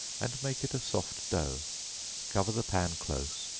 and make it a soft dough cover the pan close,